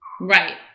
Right